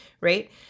Right